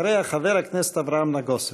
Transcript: אחריה, חבר הכנסת אברהם נגוסה.